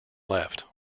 left